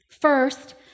First